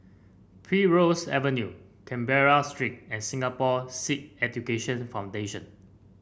Primrose Avenue Canberra Street and Singapore Sikh Education Foundation